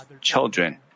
children